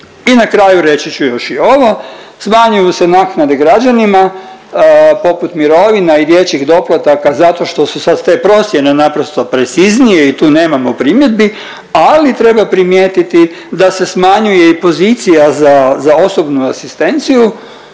I na kraju reći ću još i ovo, smanjuju se naknade građanima poput mirovina i dječjih doplataka zato što su sad te procjene naprosto preciznije i tu nemamo primjedbi, ali treba primijetiti da se smanjuje i pozicija za osobnu asistenciju